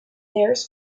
tears